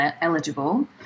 eligible